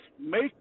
make